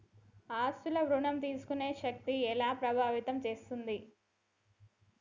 ఆస్తుల ఋణం తీసుకునే శక్తి ఎలా ప్రభావితం చేస్తాయి?